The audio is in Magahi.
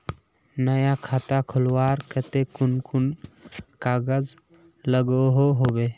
नया खाता खोलवार केते कुन कुन कागज लागोहो होबे?